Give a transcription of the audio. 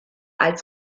als